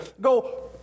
go